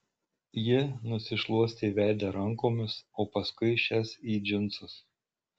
ji nusišluostė veidą rankomis o paskui šias į džinsus